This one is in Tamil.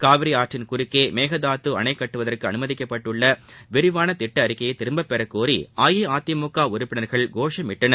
காவிரியாற்றின் குறுக்கே மேகதாது அணை கட்டுவதற்கு அனுமதிக்கப்பட்டுள்ள விரிவான திட்ட அறிக்கையை திரும்பப்பெறக் கோரி அஇஅதிமுக உறுப்பினர்கள் கோஷமிட்டனர்